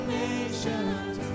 nations